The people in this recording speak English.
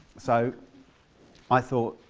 so i thought,